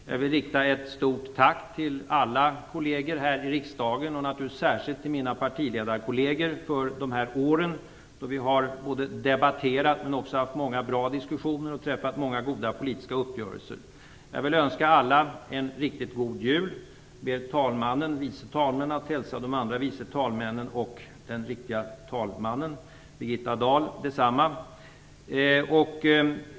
Jag vill rikta ett stort tack till alla kolleger här i riksdagen och naturligtvis särskilt till mina partiledarkolleger för dessa år då vi har både debatterat men också haft många bra diskussioner och träffat många goda politiska uppgörelser. Jag vill önska alla en riktigt god jul. Jag ber vice talmannen att hälsa detsamma till de andra vice talmännen och den riktiga talmannen Birgitta Dahl.